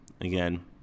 Again